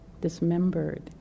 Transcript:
dismembered